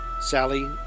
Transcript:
Sally